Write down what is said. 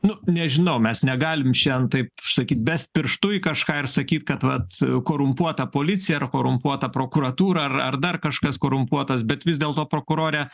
nu nežinau mes negalim šian taip sakyt best pirštu į kažką ir sakyt kad vat korumpuota policija ar korumpuota prokuratūra ar ar dar kažkas korumpuotas bet vis dėlto prokurore